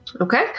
Okay